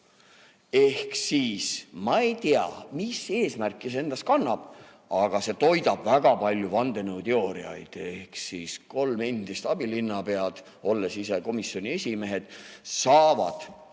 olevikku. Ma ei tea, mis eesmärki see endas kannab, aga see toidab väga palju vandenõuteooriaid. Kolm endist abilinnapead, olles ise komisjoni esimehed, saavad